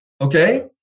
Okay